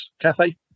cafe